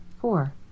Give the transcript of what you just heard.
Four